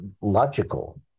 logical